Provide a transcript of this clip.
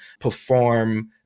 perform